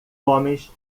homens